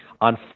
on